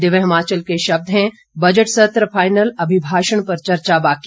दिव्य हिमाचल के शब्द हैं बजट सत्र फाइनल अभिभाषण पर चर्चा बाकी